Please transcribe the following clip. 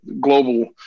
global